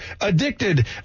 addicted